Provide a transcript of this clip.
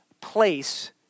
place